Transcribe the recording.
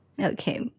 Okay